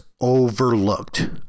overlooked